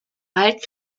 halt